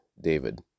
David